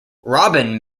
robin